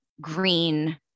green